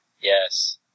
Yes